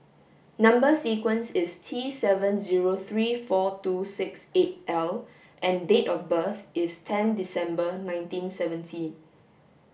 number sequence is T seven zero three four two six eight L and date of birth is ten December nineteen seventy